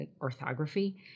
orthography